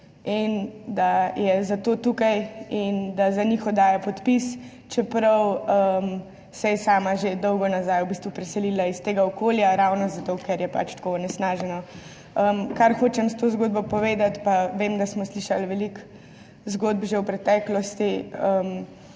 in da je zato tukaj in da za njih oddaja podpis, čeprav se je sama že dolgo nazaj v bistvu preselila iz tega okolja, ravno zato ker je pač tako onesnaženo. Kar hočem s to zgodbo povedati, pa vem, da smo slišali veliko zgodb že v preteklosti